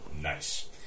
Nice